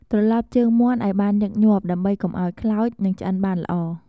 ត្រលប់ជើងមាន់ឱ្យបានញឹកញាប់ ដើម្បីកុំឱ្យខ្លោច និងឆ្អិនបានល្អ។